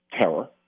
terror